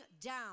down